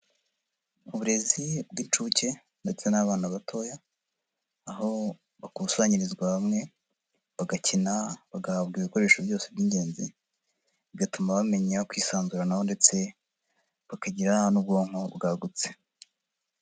Mu burezi bw'inshuke ndetse n'abana batoya, aho bakusanyirizwa hamwe, bagakina bagahabwa ibikoresho byose by'ingenzi, bigatuma bamenya kwisanzuranaho ndetse bakagira n'ubwonko bwagutse.